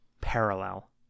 parallel